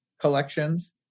collections